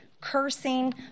cursing